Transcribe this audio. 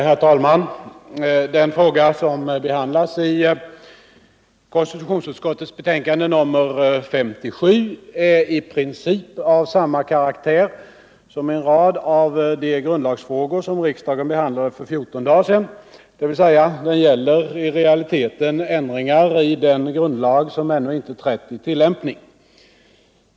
Herr talman! Den fråga som behandlas i konstitutionsutskottets betänkande nr 57 är i princip av samma karaktär som en rad av de grundlagsfrågor som riksdagen behandlade för 14 dagar sedan, dvs. den gäller i realiteten ändringar i den grundlag som ännu inte trätt i tillämpning.